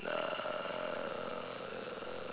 uh